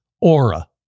Aura